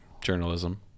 journalism